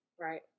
right